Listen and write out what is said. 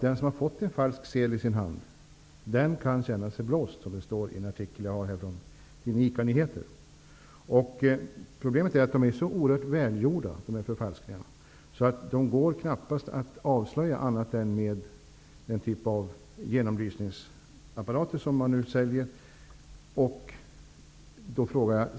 Den som har fått en falsk sedel i sin hand kan känna sig blåst, som det står i en artikel i tidningen ICA Nyheter. Problemet är att förfalskningarna är så oerhört välgjorda att de knappast går att avslöja annat än med den typ av genomlysningsapparater som nu säljs.